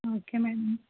okay madam